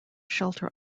shelter